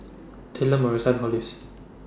Taylor Marissa Hollis